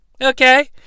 okay